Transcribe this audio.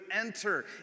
enter